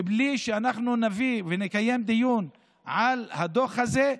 בלי שאנחנו נביא ונקיים דיון על הדוח זה,